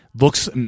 Looks